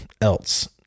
else